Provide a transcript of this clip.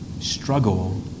struggle